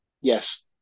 yes